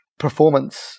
performance